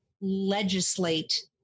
legislate